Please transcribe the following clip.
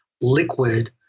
liquid